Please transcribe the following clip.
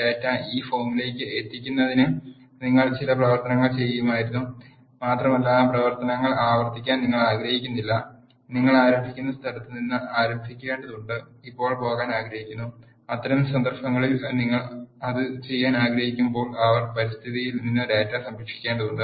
data ഈ ഫോമിലേക്ക് എത്തിക്കുന്നതിന് നിങ്ങൾ ചില പ്രവർത്തനങ്ങൾ ചെയ്യുമായിരുന്നു മാത്രമല്ല ആ പ്രവർത്തനങ്ങൾ ആവർത്തിക്കാൻ നിങ്ങൾ ആഗ്രഹിക്കുന്നില്ല നിങ്ങൾ ആരംഭിക്കുന്ന സ്ഥലത്ത് നിന്ന് ആരംഭിക്കേണ്ടതുണ്ട് ഇപ്പോൾ പോകാൻ ആഗ്രഹിക്കുന്നു അത്തരം സന്ദർഭങ്ങളിൽ നിങ്ങൾ അത് ചെയ്യാൻ ആഗ്രഹിക്കുമ്പോൾ ആർ പരിതസ്ഥിതിയിൽ നിന്ന് ഡാറ്റ സംരക്ഷിക്കേണ്ടതുണ്ട്